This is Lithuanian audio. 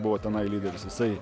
buvo tenai lyderis jisai